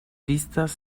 vistas